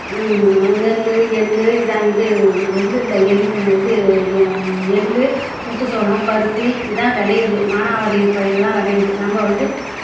நெல் எள்ளு இதுதான் இது நெல் இல்லை எள்ளு இது ஏ எள்ளு முத்து சோளம் பருத்தி இதுதான் விளையிது மானாவாரி பயிர் தான் விளையிது நம்ம வந்து